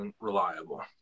unreliable